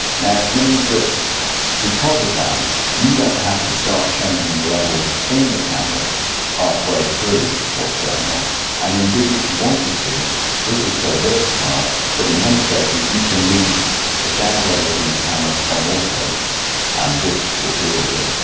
it means that because of that you don't have to start changing the levels in the camera half way through what's going on and indeed if you wanted to this is so versatile that in many cases you can leave the sound levels in the camera on auto and this will deal with it.